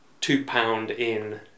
two-pound-in